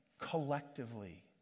collectively